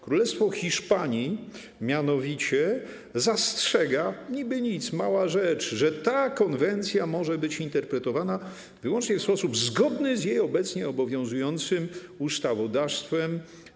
Królestwo Hiszpanii mianowicie zastrzega - niby nic, mała rzecz - że ta konwencja może być interpretowana wyłącznie w sposób zgodny z obecnie obowiązującym jego ustawodawstwem.